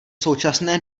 současné